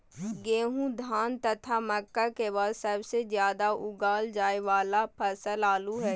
गेहूं, धान तथा मक्का के बाद सबसे ज्यादा उगाल जाय वाला फसल आलू हइ